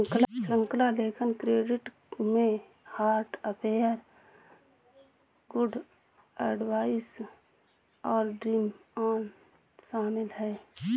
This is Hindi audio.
श्रृंखला लेखन क्रेडिट में हार्ट अफेयर, गुड एडवाइस और ड्रीम ऑन शामिल हैं